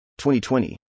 2020